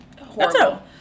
horrible